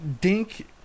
Dink